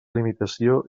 limitació